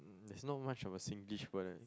there's not much of a Singlish word leh